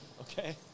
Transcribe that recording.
Okay